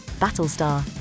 Battlestar